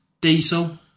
Diesel